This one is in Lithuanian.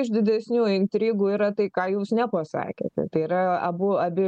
iš didesnių intrigų yra tai ką jūs nepasakėte tai yra abu abi